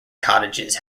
cottages